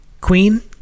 Queen